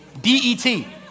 D-E-T